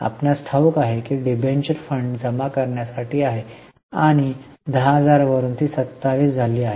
आपणास ठाऊक आहे की डिबेंचर फंड जमा करण्यासाठी आहे आणि 10000 वरून ती 27 झाली आहे